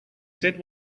said